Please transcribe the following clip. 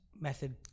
method